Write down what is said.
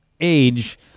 age